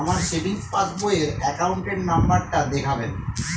sustainable farming ক্যরলে অলেক জিলিস দরকার লাগ্যে